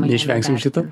neišvengsim šito